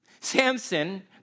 Samson